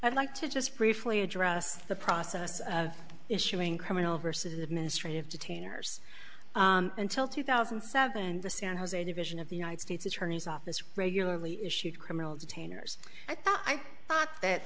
i'd like to just briefly address the process of issuing criminal versus administrative detainers until two thousand and seven and the san jose division of the united states attorney's office regularly issued criminal detainers i thought i thought that